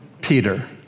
Peter